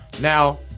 Now